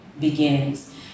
begins